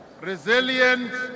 resilient